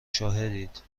شاهدید